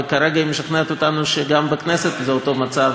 וכרגע היא משכנעת אותנו שגם בכנסת זה אותו מצב,